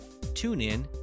TuneIn